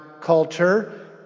culture